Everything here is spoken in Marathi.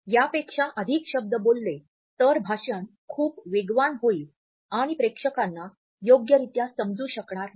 यापेक्षा अधिक शब्द बोलले तर भाषण खूप वेगवान होईल आणि प्रेक्षकांना योग्यरित्या समजू शकणार नाही